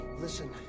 Listen